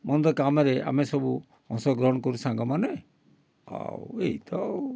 ମନ୍ଦ କାମରେ ଆମେ ସବୁ ଅଂଶଗ୍ରହଣ କରୁ ସାଙ୍ଗମାନେ ଆଉ ଏଇ ତ ଆଉ